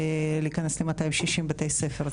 להיכנס ל-260 בתי ספר.